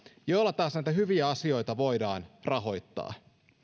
joilla taas näitä hyviä asioita voidaan rahoittaa